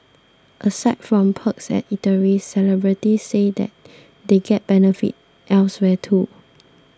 aside from perks at eateries celebrities say that they get benefits elsewhere too